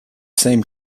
same